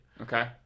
Okay